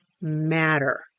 matter